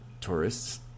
tourists